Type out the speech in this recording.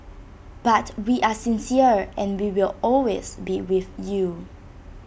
but we are sincere and we will always be with you